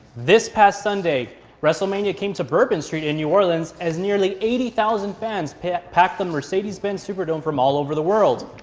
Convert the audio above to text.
this past sunday wrestlemania came to bourbon street in new orleans as nearly eighty thousand fans packed packed mercedes benz superdome from all over the world.